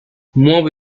muove